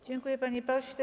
Dziękuję, panie pośle.